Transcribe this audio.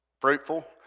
fruitful